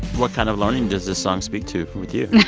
what kind of learning does this song speak to with you?